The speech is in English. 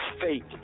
fake